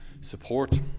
support